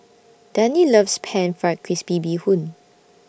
Dannie loves Pan Fried Crispy Bee Hoon